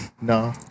No